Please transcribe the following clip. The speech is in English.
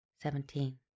Seventeen